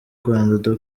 rwanda